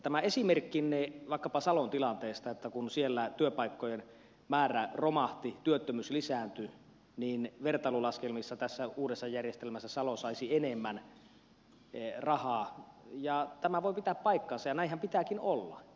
tämä esimerkkinne vaikkapa salon tilanteesta että kun siellä työpaikkojen määrä romahti työttömyys lisääntyi niin vertailulaskelmissa tässä uudessa järjestelmässä salo saisi enemmän rahaa voi pitää paikkansa ja näinhän pitääkin olla